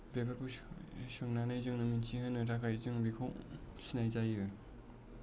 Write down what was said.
बेफोरखौ सोंनानै जोंनो मिन्थिहोनो थाखाय जों बेखौ फिसिनाय जायो